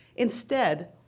instead,